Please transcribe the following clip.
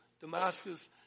Damascus